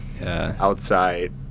Outside